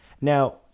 Now